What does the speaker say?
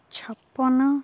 ଛପନ